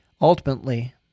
Ultimately